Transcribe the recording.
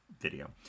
video